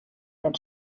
den